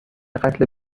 قتل